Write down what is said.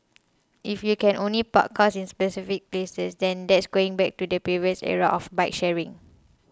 if you can only park in specific places then that's going back to the previous era of bike sharing